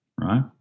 right